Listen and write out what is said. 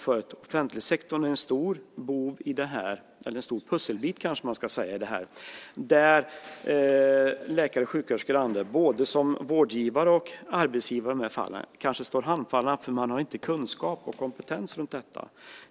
Den offentliga sektorn är en stor bov i det här - pusselbit, kanske man ska säga i stället - där läkare, sjuksköterskor och andra, både som vårdgivare och arbetsgivare i vissa fall, står handfallna eftersom man inte har kunskap och kompetens runt detta.